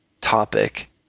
topic